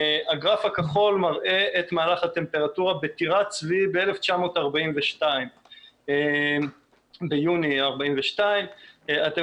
הגרף הכחול מראה את מערך הטמפרטורה בטירת צבי ביוני 1942. אתם